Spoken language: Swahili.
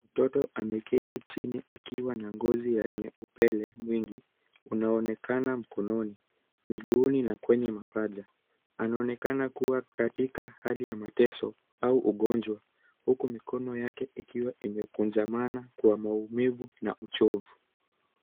Mtoto ameketi chini akiwa na ngozi yenye upele mwingi, unaonekana mkononi. Miguuni na kwenye mapacha, anaonekana kuwa katika hali ya mateso au ugonjwa huku mikono yake ikiwa imekunjamana kwa maumivu na uchovu.